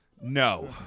No